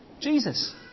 Jesus